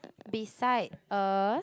beside a